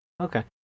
Okay